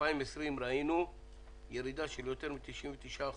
2020 ראינו ירידה של יותר מ-99%